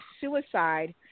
suicide